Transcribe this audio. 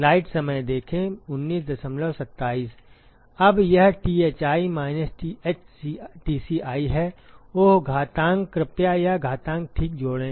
अब यह Thi minus Th Tci है ओह घातांक कृपया एक घातांक ठीक जोड़ें